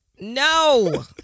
no